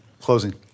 closing